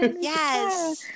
Yes